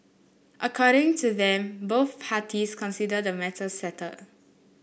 according to them both parties consider the matter settled